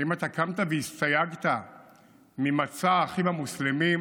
האם אתה קמת והסתייגת ממצע האחים המוסלמים,